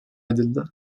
edildi